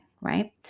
right